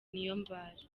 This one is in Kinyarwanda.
niyombare